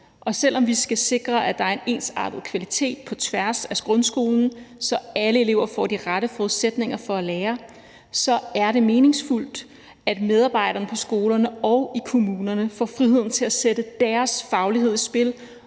og selv om vi skal sikre, at der er en ensartet kvalitet på tværs af grundskolen, så alle elever får de rette forudsætninger for at lære, så er det meningsfuldt, at medarbejderne på skolerne og i kommunerne får friheden til at sætte deres faglighed i spil